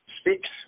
speaks